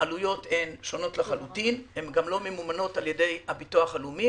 העלויות הן שונות לחלוטין וגם לא ממומנות על-ידי הביטוח הלאומי,